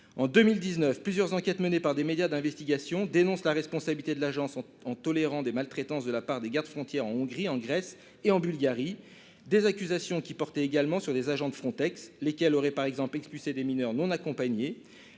En 2019, plusieurs enquêtes menées par des médias d'investigation ont dénoncé la responsabilité de l'agence qui a toléré des maltraitances de la part de garde-frontières en Hongrie, en Grèce et en Bulgarie. Des accusations portaient également sur des agents de Frontex, lesquels auraient par exemple expulsé des mineurs non accompagnés.